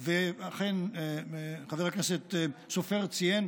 אכן, חבר הכנסת סופר ציין,